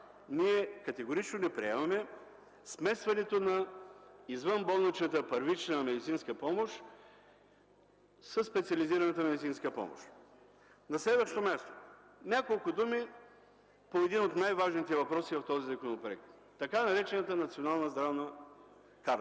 ние категорично не приемаме смесването на извънболничната първична медицинска помощ със специализираната медицинска помощ. На следващо място, няколко думи по един от най-важните въпроси в този законопроект – така наречената Национална здравна карта.